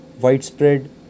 widespread